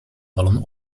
vallen